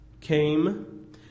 came